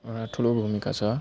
एउटा ठुलो भूमिका छ